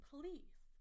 Please